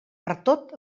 pertot